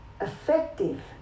effective